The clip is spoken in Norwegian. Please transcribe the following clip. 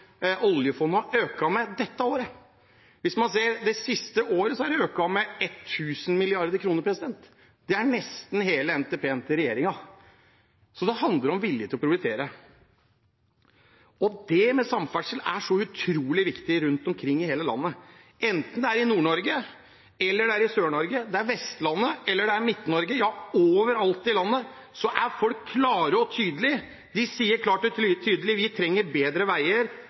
det økt med 1 000 mrd. kr. Det er nesten hele NTP-en til regjeringen. Så det handler om vilje til å prioritere. Samferdsel er så utrolig viktig rundt omkring i hele landet, enten det er i Nord-Norge, i Sør-Norge, på Vestlandet eller i Midt-Norge – overalt i landet er folk klare og tydelige, og de sier klart og tydelig: Vi trenger bedre veier,